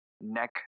neck